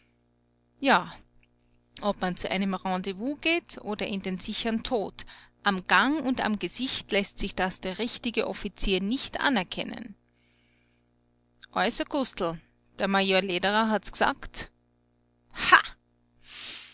ja ob man zu einem rendezvous geht oder in den sicher'n tod am gang und am g'sicht laßt sich das der richtige offizier nicht anerkennen also gustl der major lederer hat's g'sagt